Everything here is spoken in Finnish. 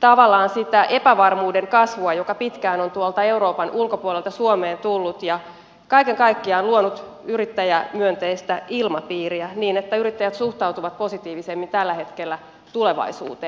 tavallaan sitä epävarmuuden kasvua joka pitkään on tuolta euroopan ulkopuolelta suomeen tullut ja kaiken kaikkiaan luonut yrittäjämyönteistä ilmapiiriä niin että yrittäjät suhtautuvat positiivisemmin tällä hetkellä tulevaisuuteen